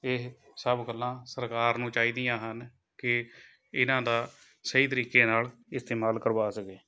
ਇਹ ਸਭ ਗੱਲਾਂ ਸਰਕਾਰ ਨੂੰ ਚਾਹੀਦੀਆਂ ਹਨ ਕਿ ਇਹਨਾਂ ਦਾ ਸਹੀ ਤਰੀਕੇ ਨਾਲ ਇਸਤੇਮਾਲ ਕਰਵਾ ਸਕੇ